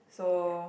so